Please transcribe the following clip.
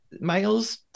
Miles